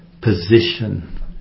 position